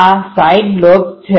આ side lobes છે